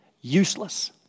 useless